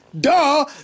Duh